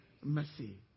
mercy